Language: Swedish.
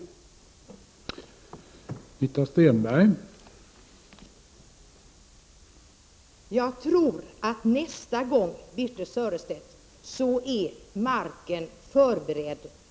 29 november 1989